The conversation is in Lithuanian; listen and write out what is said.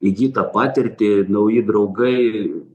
įgytą patirtį nauji draugai